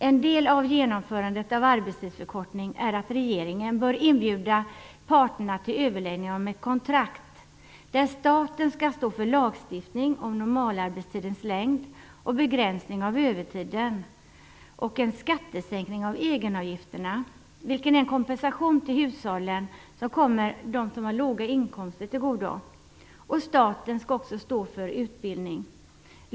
En del av genomförandet av en arbetstidsförkortning är att regeringen bör inbjuda parterna till överläggningar om ett kontrakt. Staten skall stå för lagstiftning om normalarbetstidens längd, om en begränsning av övertiden och om en skattesänkning av egenavgifterna, vilken är en kompensation till hushållen som kommer de människor som har låga inkomster till godo. Staten skall också stå för utbildning.